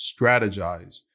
strategize